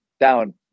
down